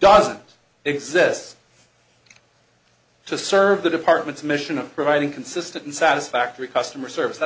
doesn't exist to serve the department's mission of providing consistent and satisfactory customer service